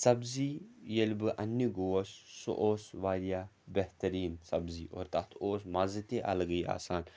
سبزی ییٚلہِ بہٕ انٛنہِ گوس سُہ اوس واریاہ بہتریٖن سبزی اور تَتھ اوس مَزٕ تہِ اَلگٕے آسان